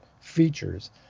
features